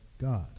God